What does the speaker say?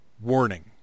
warning